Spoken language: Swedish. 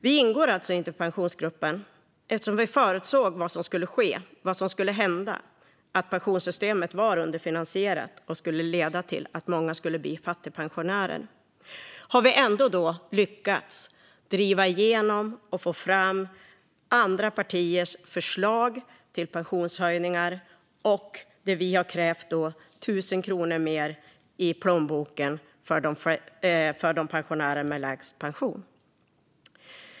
Vi ingår alltså inte i Pensionsgruppen eftersom vi förutsåg vad som skulle hända i och med att pensionssystemet var underfinansierat och skulle leda till att många skulle bli fattigpensionärer. Men vi har ändå lyckats driva igenom andra partiers förslag till pensionshöjningar och vårt krav på 1 000 kronor mer i plånboken för pensionärerna med lägst pension.